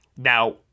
Now